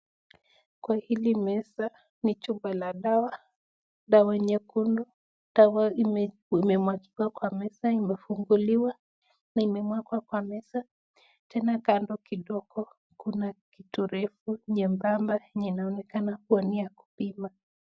Kwa hili meza ni chupa la dawa, dawa nyekundu. Dawa imemwagika kwa meza na ikiwa imefunguliwa. Kando yake kuna kitu refu inayoonekana kua ni ya kupima.